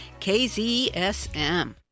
KZSM